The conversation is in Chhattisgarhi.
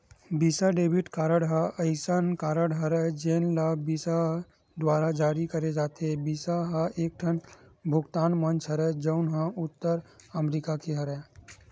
बिसा डेबिट कारड ह असइन कारड हरय जेन ल बिसा दुवारा जारी करे जाथे, बिसा ह एकठन भुगतान मंच हरय जउन ह उत्तर अमरिका के हरय